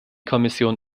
kommission